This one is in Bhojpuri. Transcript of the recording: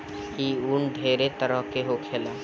ई उन ढेरे तरह के होखेला